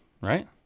Right